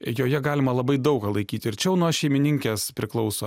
joje galima labai daug ką laikyti ir čia jau nuo šeimininkės priklauso